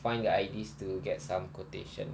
find the I_D to get some quotation